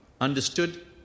understood